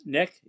Nick